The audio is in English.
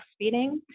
breastfeeding